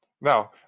Now